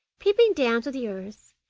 peeping down to the earth,